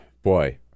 Boy